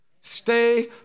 Stay